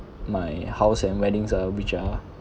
my house and weddings uh which are